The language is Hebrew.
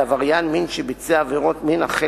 על עבריין מין שביצע עבירות מין החל